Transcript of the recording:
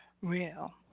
real